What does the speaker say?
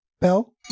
Bell